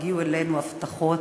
הגיעו אלינו הבטחות,